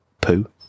poo